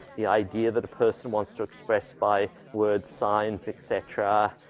the idea that a person wants to express by word signs et cetera.